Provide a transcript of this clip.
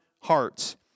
hearts